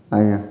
ଆଜ୍ଞା